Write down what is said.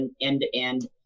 end-to-end